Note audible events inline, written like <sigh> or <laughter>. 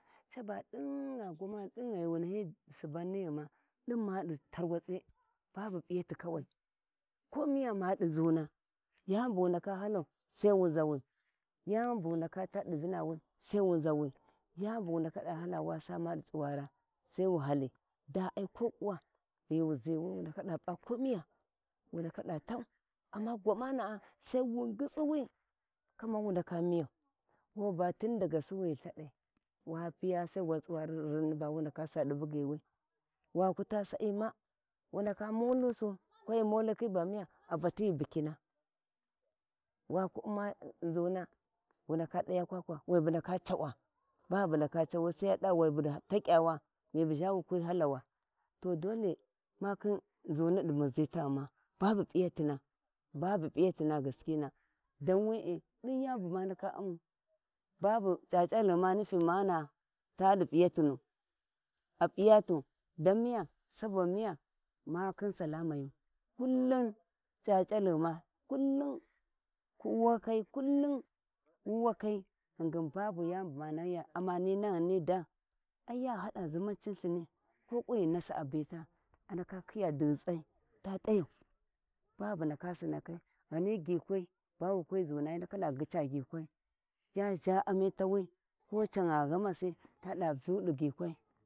Caba dingha caba dingha wu nahi Subann nighuma din ma di tarwatse babu p’iyatin kawai, ko miya ma di nzuna yani bu wu ndaka halau sai wu nzawi, yani bu wu ndaka ta di Vinawi sai wu zawi yani bu wu ndaka hale, ma wa da ɗi tsuwa sai wu hali da ai kokuwa ghi wu ziwi wu ndaka da P’a kowiya wu ndaka da yau amma gwanana’ sai wu ngitsiwi kamar wu ndaka miya, wa ba tina daga duwi ghi lthadai wa piya sai gwan tsuwari rinni ba wu ndaka sa di buggiwi, waku ta sa'i ma wu ndaka wu ndaka molusu tahi ndakhi ba miya a bati ghi bikina waku uma nzuna wu ndaka daya kwakwa wai ba ndaka cawa bubu bu ndaka cawi, Sai ya dava wai bu takyawa mu zha wukwi halawa to dole makhin runa di muzi taguma babu P’iyatina babu P’iyatina gaskina, dan wee diu yani bu ma ndaka umau bubu c’ac’al ghuma nitighumana di p’iyatina a p’iyatu da miya sobo miya makhin makhin salamaya,, kunlum c’ac’a ghuma kullum wuwakhai kullum wuwakai ghin gin ba bu yani bu ma naliya amma ni daa ai ya hada zuman cin lthuni koƙu ghi nasi a bita a ndaka khiya dutsai ta k’ayau ba bu ndaka sinakai ghani gyikwai bawa kwi zuna hi ndaka da gica gyikwi ya zha amitawi ko can gha ghamasi ta <unintelligible> gyikwai.